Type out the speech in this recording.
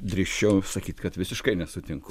drįsčiau sakyt kad visiškai nesutinku